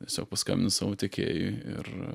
tiesiog paskambinu savo tiekėjui ir